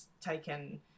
taken